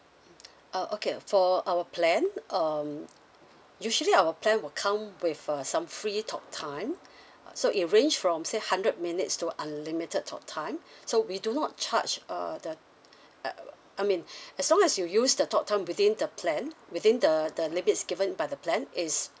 oh okay so for our plan um usually our plan will come with uh some free talk time uh so it range from say hundred minutes to unlimited talk time so we do not charge uh the I mean as long as you use the talk time within the plan within the the limits given by the plan it's